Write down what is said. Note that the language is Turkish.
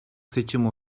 seçim